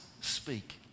speak